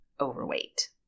overweight